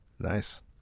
Nice